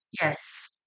Yes